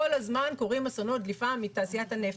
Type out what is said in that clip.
כל הזמן קורים אסונות דליפה מתעשיית הנפט,